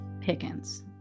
Pickens